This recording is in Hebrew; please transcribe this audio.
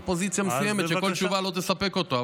פוזיציה מסוימת שכל תשובה לא תספק אותו,